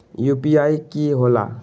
UPI कि होला?